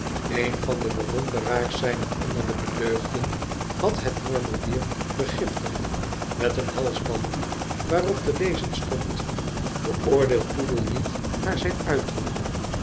een van de bewonderaars zijner innerlijke deugden bad het mormeldier begiftigd met een halsband waarop te lezen stond beoordeel poedel niet naar zijn uiterlijk